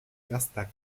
gaztak